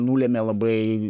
nulėmė labai